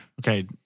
okay